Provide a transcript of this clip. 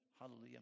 Hallelujah